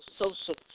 Social